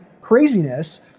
craziness